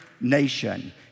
nation